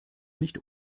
nicht